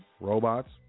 robots